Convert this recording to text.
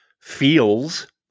feels